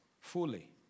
Fully